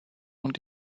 und